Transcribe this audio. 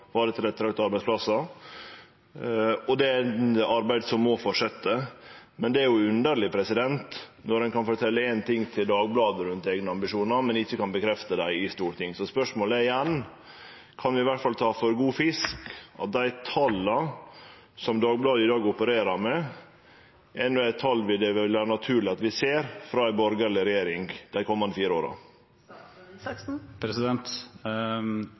arbeidsplassar, og det er eit arbeid som må fortsetje. Men det er underleg når ein kan fortelje éin ting til Dagbladet rundt eigne ambisjonar, men ikkje kan bekrefte det i Stortinget. Så spørsmålet er igjen: Kan vi iallfall ta for god fisk at dei tala som Dagbladet i dag opererer med, er tal det vil vere naturleg at vi ser frå ei borgarleg regjering dei komande fire